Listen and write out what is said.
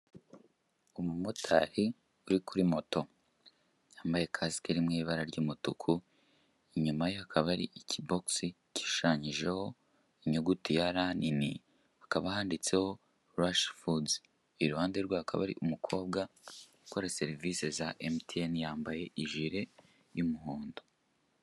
Umumotari uri kuri moto wambaye kasike iri mu ibara ry'umutuku, inyuma ye hakaba hari ikibogisi gishushanyijeho inyuguti ya ra nini, hakaba handitseho ngo rashifodi, iruhande rwe hakaba hari umukobwa ukora serivisi za emutiyene yambaye ijiri y'umuhondo.